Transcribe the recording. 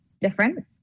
different